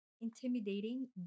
intimidating